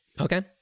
Okay